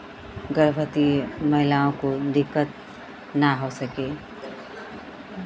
गर्भवती महिलाओं को दिक्कत ना हो सके